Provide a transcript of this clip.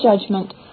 judgment